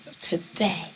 today